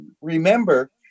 remember